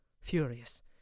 furious